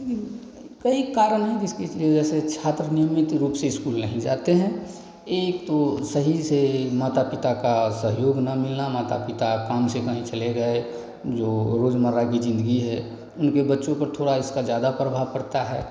कई कारण हैं जिसके वजह से छात्र नियमित रूप से स्कूल नहीं जाते हैं एक तो सही से माता पिता का सहयोग ना मिलना माता पिता काम से कहीं चले गये हैं जो रोज़मर्रा की ज़िंदगी है उनके बच्चों पर थोड़ा इसका ज़्यादा प्रभाव पड़ता है